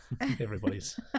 everybody's